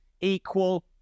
equal